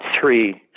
three